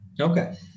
okay